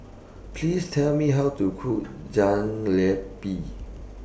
Please Tell Me How to Cook Jalebi